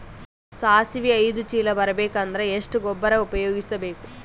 ಸಾಸಿವಿ ಐದು ಚೀಲ ಬರುಬೇಕ ಅಂದ್ರ ಎಷ್ಟ ಗೊಬ್ಬರ ಉಪಯೋಗಿಸಿ ಬೇಕು?